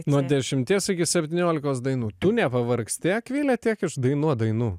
nuo dešimties iki septyniolikos dainų tu nepavargsti akvile tiek išdainuot dainų